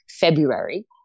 February